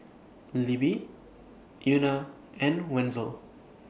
Libby Euna and Wenzel